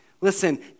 Listen